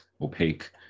opaque